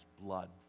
blood